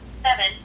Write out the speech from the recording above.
Seven